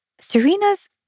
Serena's